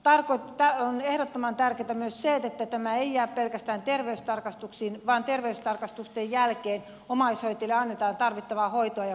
on ehdottoman tärkeää myös se että tämä ei jää pelkästään terveystarkastuksiin vaan terveystarkastusten jälkeen omaishoitajille annetaan tarvittavaa hoitoa ja kuntoutusta